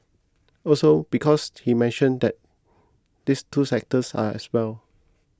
also because he mentioned that these two sectors are as well